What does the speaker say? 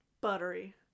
Buttery